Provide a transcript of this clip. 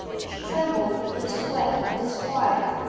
she trembled in a sweat of disquiet,